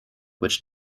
which